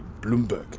Bloomberg